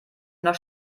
nach